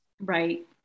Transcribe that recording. Right